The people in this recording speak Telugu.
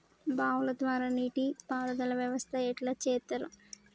బావుల ద్వారా నీటి పారుదల వ్యవస్థ ఎట్లా చేత్తరు?